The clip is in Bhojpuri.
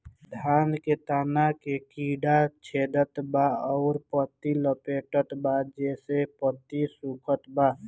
धान के तना के कीड़ा छेदत बा अउर पतई लपेटतबा जेसे पतई सूखत बा?